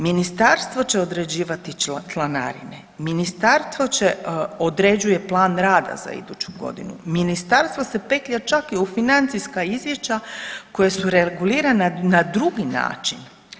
Ministarstvo će određivati članarine, ministarstvo određuje plan rada za iduću godinu, ministarstvo se petlja čak i u financijska izvješća koja su regulirana na drugi način.